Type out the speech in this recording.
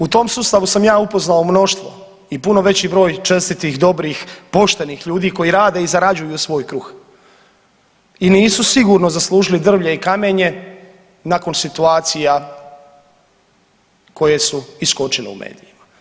U tom sustavu sam ja upoznao mnoštvo i puno veći broj čestitih, dobrih i poštenih ljudi koji rade i zarađuju svoj kruh i nisu sigurno zaslužili drvlje i kamenje nakon situacija koje su iskočile u medijima.